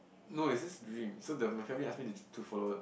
no it's just dream so the my family ask me to to follow